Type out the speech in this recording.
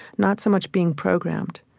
not so much being programmed.